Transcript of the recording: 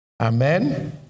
Amen